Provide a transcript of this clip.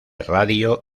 radio